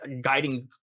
guiding